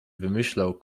wymyślał